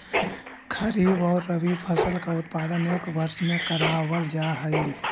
खरीफ और रबी फसल का उत्पादन एक वर्ष में करावाल जा हई